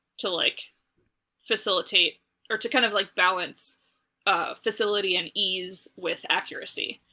to like facilitate or to kind of like balance ah facility and ease with accuracy,